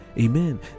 Amen